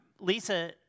Lisa